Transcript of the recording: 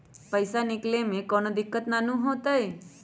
पईसा निकले में कउनो दिक़्क़त नानू न होताई?